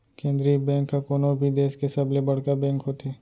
केंद्रीय बेंक ह कोनो भी देस के सबले बड़का बेंक होथे